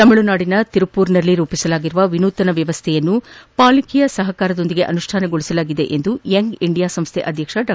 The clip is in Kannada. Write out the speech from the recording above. ತಮಿಳುನಾಡಿನ ತಿರುಪ್ಪೂರಿನಲ್ಲಿ ರೂಪಿಸಲಾದ ವಿನೂತನ ವ್ಯವಸ್ಥೆಯನ್ನು ಪಾಲಿಕೆಯ ಸಹಕಾರದೊಂದಿಗೆ ಅನುಷ್ಠಾನಗೊಳಿಸಲಾಗಿದೆ ಎಂದು ಯಂಗ್ ಇಂಡಿಯಾ ಸಂಸ್ಥೆ ಅಧ್ಯಕ್ಷ ಡಾ